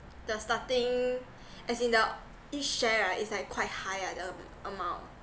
the starting as in the each share right is like quite high ah the amount